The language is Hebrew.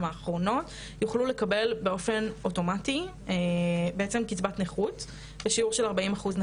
האחרונות יוכלו לקבל באופן אוטומטי בעצם קצבת נכות בשיעור של 40% קצבת